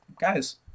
guys